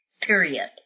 period